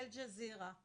באל ג'זירה.